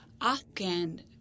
afghan